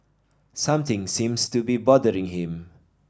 something seems to be bothering him